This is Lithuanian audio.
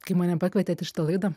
kai mane pakvietėt į šitą laidą